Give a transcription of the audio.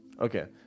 Okay